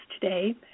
today